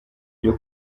byo